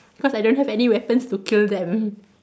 cause I don't have any weapons to kill them